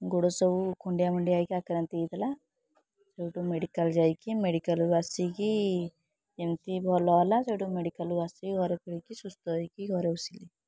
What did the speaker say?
ଗୋଡ଼ ସବୁ ଖଣ୍ଡିଆ ମଣ୍ଡିଆ ହେଇକି ଆକ୍ରାନ୍ତ ହେଇଥିଲା ସେଇଠୁ ମେଡ଼ିକାଲ୍ ଯାଇକି ମେଡ଼ିକାଲ୍ରୁ ଆସିକି ଏମିତି ଭଲ ହେଲା ସେଠୁ ମେଡ଼ିକାଲ୍ରୁ ଆସିକି ଘରେ ରହିକି ସୁସ୍ଥ ହେଇକି ଘରେ ବସିଲି